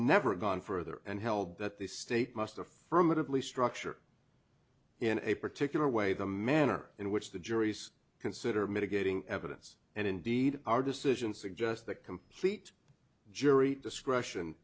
never gone further and held that the state must affirmatively structure in a particular way the manner in which the juries consider mitigating evidence and indeed our decision suggests that complete jury discretion